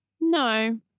No